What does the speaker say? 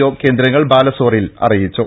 O കേന്ദ്രങ്ങൾ ബാലസോറിൽ അ റിയിച്ചു